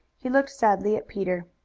he looked sadly at peter.